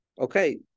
Okay